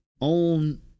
own